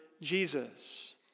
Jesus